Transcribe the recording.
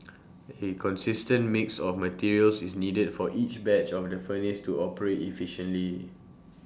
A consistent mix of materials is needed for each batch of the furnace to operate efficiently